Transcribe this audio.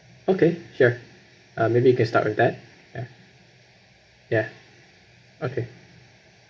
okay sure uh maybe you can start with that ya ya okay